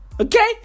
Okay